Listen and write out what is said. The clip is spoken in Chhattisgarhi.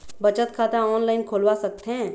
बचत खाता ऑनलाइन खोलवा सकथें?